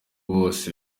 bose